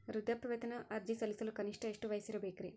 ವೃದ್ಧಾಪ್ಯವೇತನ ಅರ್ಜಿ ಸಲ್ಲಿಸಲು ಕನಿಷ್ಟ ಎಷ್ಟು ವಯಸ್ಸಿರಬೇಕ್ರಿ?